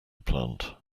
plant